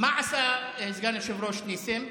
מה עשה סגן היושב-ראש ניסים?